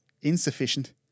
insufficient